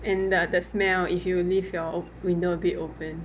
and the the smell if you leave your window a bit open